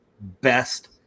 best